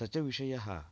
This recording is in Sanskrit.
स च विषयः